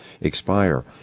expire